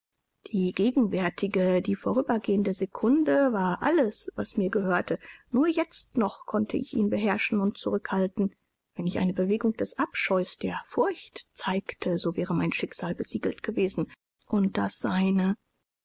die gegenwärtige die vorübergehende sekunde war alles was mir gehörte nur jetzt noch konnte ich ihn beherrschen und zurückhalten wenn ich eine bewegung des abscheus der furcht zeigte so wäre mein schicksal besiegelt gewesen und das seine